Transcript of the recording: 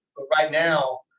but right now,